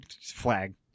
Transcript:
Flag